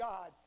God